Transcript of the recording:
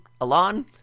Alon